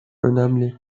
önemli